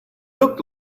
looked